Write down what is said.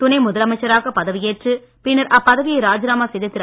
துணைமுதலமைச்சராக பதவியேற்று பின்னர் அப்பதவியை ராஜினாமா செய்த திரு